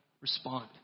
respond